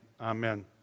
amen